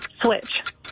switch